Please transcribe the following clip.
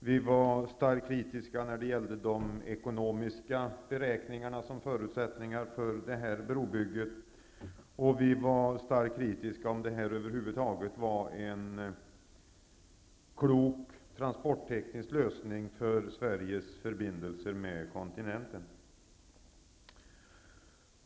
Vi var starkt kritiska mot de ekonomiska beräkningarna för brobygget, och vi undrade om det över huvud taget var en klok transportteknisk lösning för Sveriges förbindelser med kontinenten.